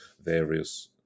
various